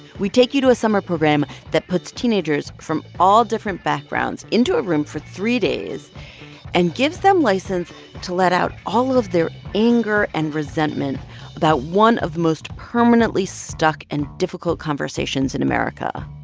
we take you to a summer program that puts teenagers from all different backgrounds into a room for three days and gives them license to let out all of their anger and resentment about one of the most permanently stuck and difficult conversations in america,